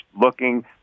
looking